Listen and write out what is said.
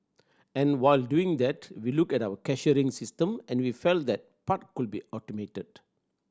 and while doing that we looked at our cashiering system and we felt that part could be automated